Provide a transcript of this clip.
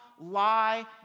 lie